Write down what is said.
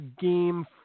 game